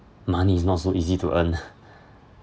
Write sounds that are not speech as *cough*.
money is not so easy to earn *breath*